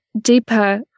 deeper